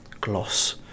gloss